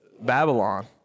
Babylon